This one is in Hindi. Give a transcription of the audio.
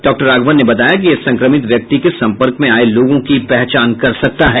डॉक्टर राघवन ने बताया कि यह संक्रमित व्यक्ति के संपर्क में आए लोगों की पहचान कर सकता है